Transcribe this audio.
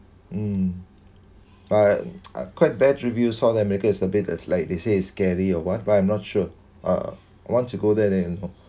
mm but uh quite bad reviews south america is a bit as like they say it's scary or what but I am not sure uh once we go there then you'll know